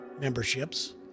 memberships